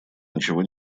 ничего